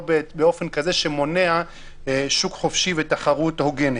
באופן כזה שמונע שוק חופשי ותחרות הוגנת.